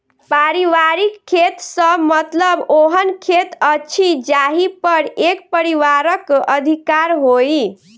पारिवारिक खेत सॅ मतलब ओहन खेत अछि जाहि पर एक परिवारक अधिकार होय